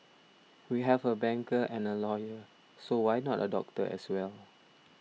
we have a banker and a lawyer so why not a doctor as well